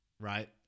Right